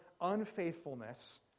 unfaithfulness